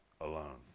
alone